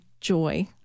joy